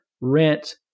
rent